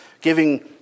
giving